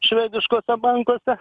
švediškuose bankuose